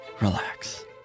relax